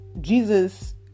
Jesus